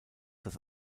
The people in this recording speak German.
das